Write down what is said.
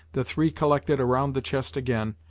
the three collected around the chest again,